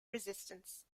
resistance